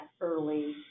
early